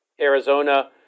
Arizona